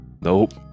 Nope